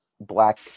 black